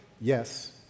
yes